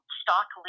stock